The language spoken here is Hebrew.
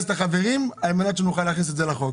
את החברים כדי שנוכל להכניס את זה לחוק.